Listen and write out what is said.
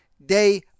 day